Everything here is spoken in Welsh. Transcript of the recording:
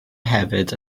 hefyd